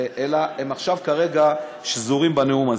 אלא הן עכשיו כרגע שזורות בנאום הזה.